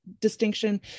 distinction